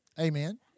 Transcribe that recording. Amen